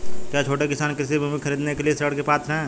क्या छोटे किसान कृषि भूमि खरीदने के लिए ऋण के पात्र हैं?